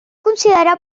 considerar